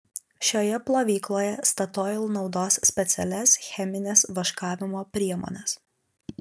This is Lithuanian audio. šioje plovykloje statoil naudos specialias chemines vaškavimo priemones